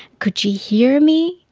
could she hear me?